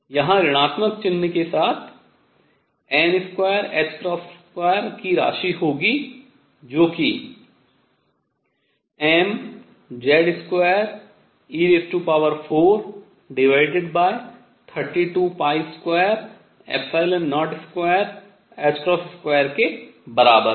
यहाँ ऋणात्मक चिह्न के साथ n22की राशि होगी जो कि mZ2e4322022 के बराबर है